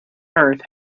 earth